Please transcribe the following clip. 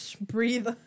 Breathe